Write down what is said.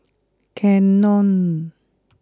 Canon